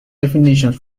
definitions